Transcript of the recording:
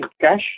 cash